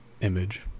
image